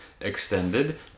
extended